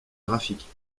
graphiques